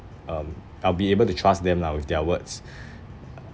um I'll be able to trust them lah with their words